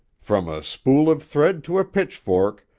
from a spool of thread to a pitchfork,